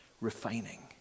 refining